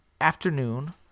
afternoon